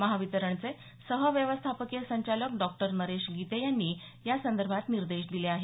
महावितरणचे सहव्यवस्थापकीय संचालक डॉक्टर नरेश गिते यांनी यासंदर्भात निर्देश दिले आहेत